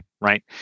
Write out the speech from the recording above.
right